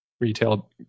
retail